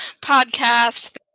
Podcast